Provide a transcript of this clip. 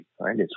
Right